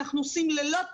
אנחנו עושים לילות